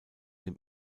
dem